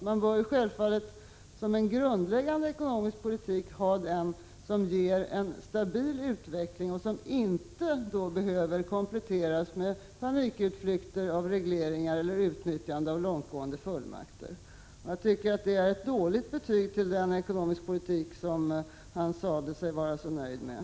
Man bör självfallet som grundläggande ekonomisk politik ha den som ger en stabil utveckling och som inte behöver kompletteras med panikutflykter av regleringar eller utnyttjande av långtgående fullmakter. Jag tycker det är ett dåligt betyg för den ekonomiska politik som han sade sig vara så nöjd med.